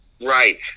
Right